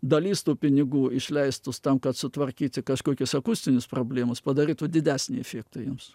dalis tų pinigų išleistus tam kad sutvarkyti kažkokius akustinius problemas padarytų didesnį efektą jiems